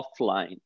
offline